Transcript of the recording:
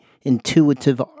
intuitive